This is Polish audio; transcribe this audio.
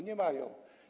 Nie mają.